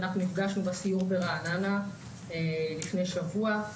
אנחנו נפגשנו בסיור ברעננה לפני שבוע.